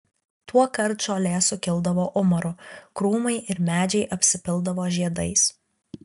tuokart žolė sukildavo umaru krūmai ir medžiai apsipildavo žiedais